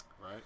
right